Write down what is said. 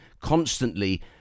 constantly